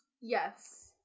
Yes